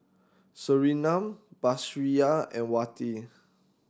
Surinam Batrisya and Wati